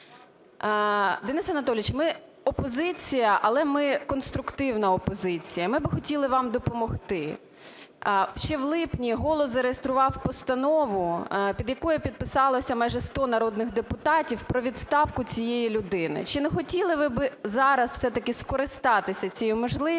Денисе Анатолійовичу, ми - опозиція, але ми конструктивна опозиція, ми би хотіли вам допомогти. Ще в липні "Голос" зареєстрував постанову, під якою підписалося майже 100 народних депутатів, про відставку цієї людини. Чи не хотіли б ви зараз все-таки скористатися цією можливістю